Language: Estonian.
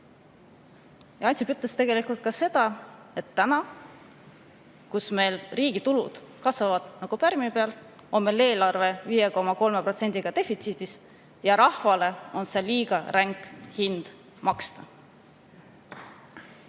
Ansip ütles ka seda, et täna, kui meil riigi tulud kasvavad nagu pärmi peal, on meil eelarve 5,3%‑ga defitsiidis, ja rahvale on see liiga ränk hind maksta.